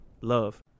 Love